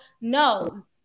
No